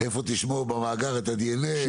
איפה תשמור במאגר את הדנ"א?